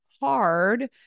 hard